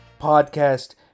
podcast